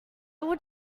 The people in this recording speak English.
would